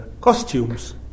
costumes